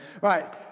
right